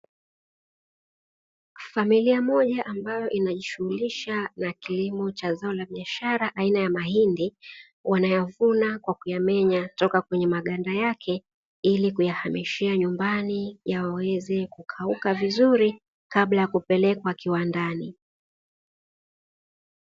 Familia moja ambayo inajishughulisha na kilimo cha zao la biashara aina ya mahindi, wanayavuna kwa kuyamenya toka kwenye maganda yake ili kuyahamishia nyumbani yaweze kukauka vizuri, kabla ya kupelekwa kiwandani.